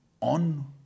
on